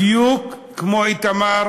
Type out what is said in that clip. בדיוק כמו איתמר